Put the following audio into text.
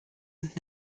und